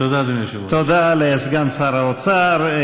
תודה לסגן שר האוצר.